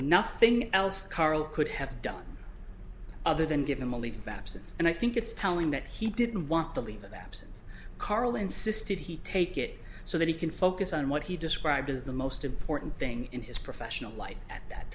nothing else karl could have done other than give him a leave of absence and i think it's telling that he didn't want the leave of absence carl insisted he take it so that he can focus on what he described as the most important thing in his professional life at that